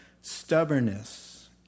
stubbornness